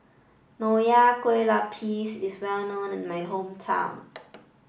Nonya Kueh Lapis is well known in my hometown